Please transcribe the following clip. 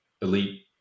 elite